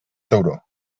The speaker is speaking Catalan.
tauró